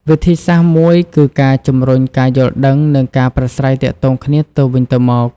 វិធីសាស្រ្តមួយគឺការជំរុញការយល់ដឹង និងការប្រាស្រ័យទាក់ទងគ្នាទៅវិញទៅមក។